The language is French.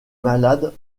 malade